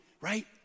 right